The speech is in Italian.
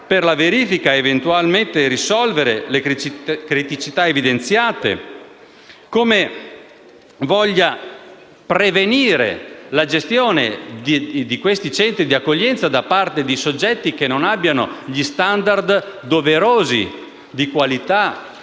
per verificare ed eventualmente risolvere le criticità evidenziate; come voglia prevenire la gestione di questi centri di accoglienza da parte di soggetti che non abbiano gli *standard* doverosi di qualità